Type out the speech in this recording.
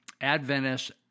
Adventist